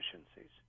efficiencies